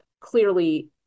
Clearly